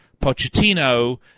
Pochettino